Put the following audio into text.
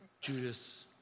Judas